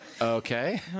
okay